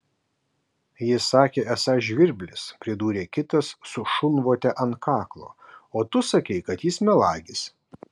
jis sakė esąs žvirblis pridūrė kitas su šunvote ant kaklo o tu sakei kad jis melagis